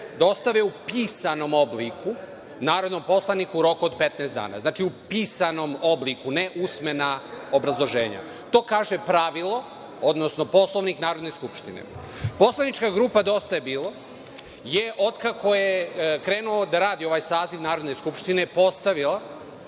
dostave u pisanom obliku narodnom poslaniku u roku od 15 dana. Znači, u pisanom obliku, ne usmena obrazloženja. To kaže pravilo, odnosno Poslovnik Narodne skupštine. Poslanička grupa DJB je od kako je krenuo da radi ovaj saziv Narodne skupštine postavio